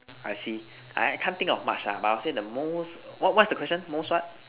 I see I can't think of much ah but I will say the most what what's the question most what